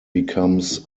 becomes